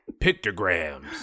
Pictograms